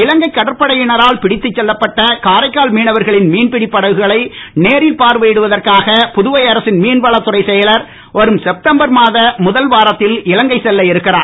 இலங்கை கடற்படையினரால் பிடித்துச் செல்லப்பட்ட காரைக்கால் மீனவர்களின் மீன்பிடி படகுகளை நேரில் பார்வையிடுவதற்காக புதுவை அரசின் மீன்வளத்துறைச் செயலர் வரும் செப்டம்பர் மாதம் முதல் வாரத்தில் இலங்கை செல்ல இருக்கிறார்